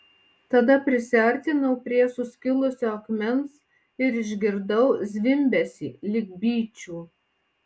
tada prisiartinau prie suskilusio akmens ir išgirdau zvimbesį lyg bičių